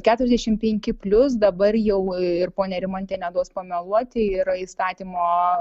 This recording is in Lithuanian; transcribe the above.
keturiasdešimt penki plius dabar jau ir ponia rimantė neduos pameluoti yra įstatymo